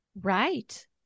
Right